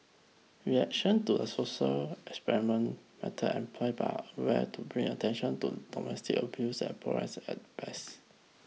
reaction to a social experiment method employed by Aware to bring attention to domestic abuse is polarised at best